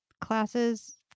classes